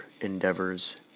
endeavors